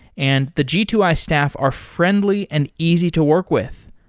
and the g two i staff are friendly and easy to work with.